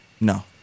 No